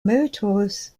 meritorious